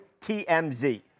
TMZ